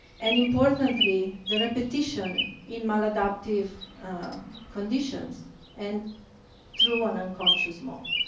and, importantly, their repetition in maladaptive conditions and through an unconscious mode.